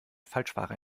falschfahrer